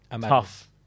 tough